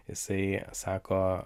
jisai sako